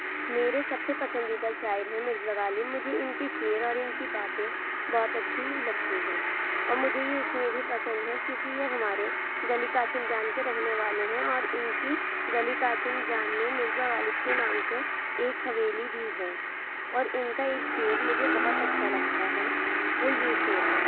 میرے سب سے پسندیدہ شاعر ہیں مرزا غالب مجھے ان کی شعر اور ان کی باتیں بہت اچھی لگتی ہیں اور مجھے یہ اس لئے بھی پسند ہیں کیونکہ یہ ہمارے گلی قاسم جان کے رہنے والے ہیں اور ان کی گلی قاسم جان میں مرزا غالب کے نام سے ایک حویلی بھی ہے اور ان کا ایک شعر مجھے بہت اچھا لگتا ہے وہ یہ شعر ہے